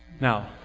Now